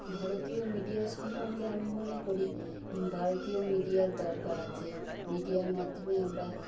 ভারতীয় মিডিয়া সম্পর্কে আমি মনে করি ভারতীয় মিডিয়ার দরকার আছে মিডিয়ার মাধ্যমে আমরা